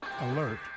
alert